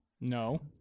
No